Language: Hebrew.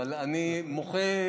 אבל אני מוחה,